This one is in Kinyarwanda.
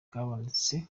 bwabonetse